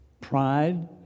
Pride